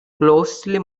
closely